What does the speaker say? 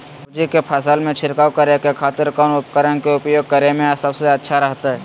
सब्जी के फसल में छिड़काव करे के खातिर कौन उपकरण के उपयोग करें में सबसे अच्छा रहतय?